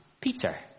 Peter